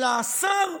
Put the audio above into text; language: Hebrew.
אלא השר,